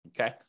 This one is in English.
okay